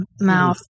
mouth